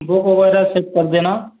book वगैरह set कर देना